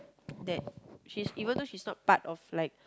that she's even though she's not part of like